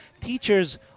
Teachers